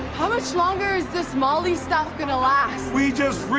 how much longer is this molly stuff gonna last? we just